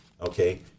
okay